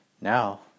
now